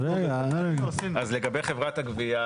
בדואר רגיל?